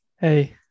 Hey